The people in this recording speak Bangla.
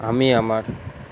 আমি আমার